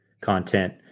content